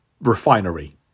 refinery